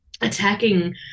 attacking